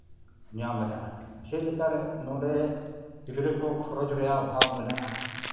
ᱧᱟᱢᱮᱫᱟ ᱪᱮᱫ ᱞᱮᱠᱟ ᱨᱮ ᱱᱚᱰᱮ ᱜᱤᱫᱽᱨᱟᱹ ᱠᱚ ᱠᱷᱚᱨᱚᱪ ᱨᱮᱭᱟᱜ ᱚᱵᱷᱟᱵᱽ ᱢᱮᱱᱟᱜᱼᱟ